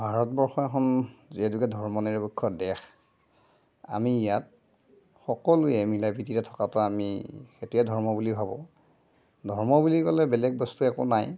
ভাৰতবৰ্ষ এখন যিহেতুকে ধৰ্ম নিৰপেক্ষ দেশ আমি ইয়াত সকলোৱে মিলা প্ৰীতিকৈ থকাটো আমি সেইটোৱেই ধৰ্ম বুলি ভাবোঁ ধৰ্ম বুলি ক'লে বেলেগ বস্তু একো নাই